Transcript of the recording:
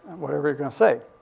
whatever you're gonna say.